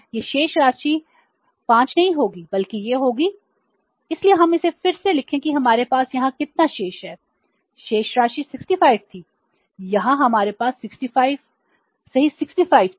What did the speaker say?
यह शेष राशि 5 नहीं होगी बल्कि यह होगी इसलिए हम इसे फिर से लिखें कि हमारे पास यहां कितना शेष है शेष राशि 65 थी यहां हमारे पास 65 सही 65 थे